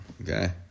Okay